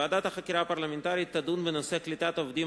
ועדת החקירה הפרלמנטרית תדון בנושא קליטת עובדים